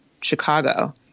Chicago